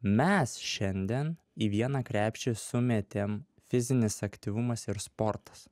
mes šiandien į vieną krepšį sumetėm fizinis aktyvumas ir sportas